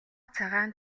цагаан